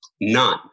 None